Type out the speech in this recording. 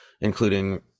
including